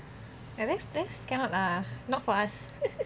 rex rex cannot lah